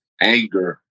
anger